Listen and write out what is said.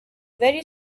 very